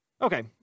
Okay